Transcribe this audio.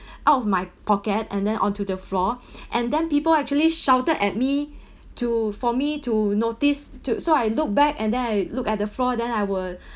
out of my pocket and then onto the floor and then people actually shouted at me to for me to notice to so I look back and then I look at the floor then I were